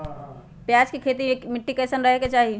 प्याज के खेती मे मिट्टी कैसन रहे के चाही?